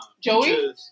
Joey